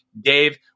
Dave